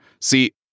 See